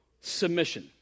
Submission